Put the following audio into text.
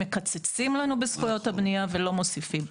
מקצצים לנו בזכויות הבנייה ולא מוסיפים.